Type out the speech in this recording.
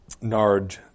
nard